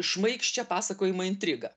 šmaikščią pasakojimo intrigą